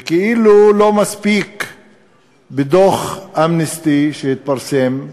וכאילו לא מספיק דוח "אמנסטי" שהתפרסם,